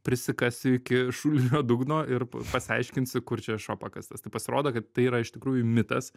prisikasiu iki šulinio dugno ir pasiaiškinsiu kur čia šuo pakastas tai pasirodo kad tai yra iš tikrųjų mitas